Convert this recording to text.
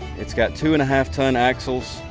its got two and a half ton axles,